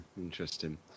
interesting